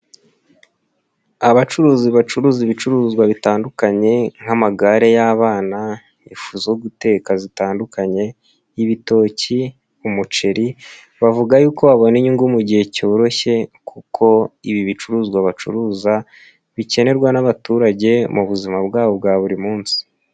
Abacuruzi bacuruza ibicuruzwa bitandukanye nk'amagare y'abana, ifu zo guteka zitandukanye, ibitoki, umuceri, bavuga yuko babona inyungu mu gihe cyoroshye, kuko ibi bicuruzwa bacuruza bikenerwa n'abaturage mu buzima bwabo bwa buri munsi.